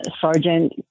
Sergeant